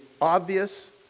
obvious